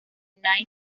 knight